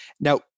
Now